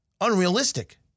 unrealistic